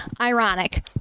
Ironic